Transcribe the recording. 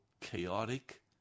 chaotic